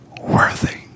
Worthy